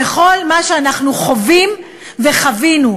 וכל מה שאנחנו חווים וחווינו.